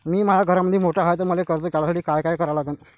मी माया घरामंदी मोठा हाय त मले कर्ज काढासाठी काय करा लागन?